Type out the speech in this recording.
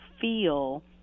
feel